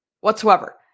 whatsoever